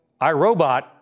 iRobot